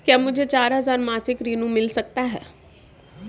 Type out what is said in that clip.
क्या मुझे चार हजार मासिक ऋण मिल सकता है?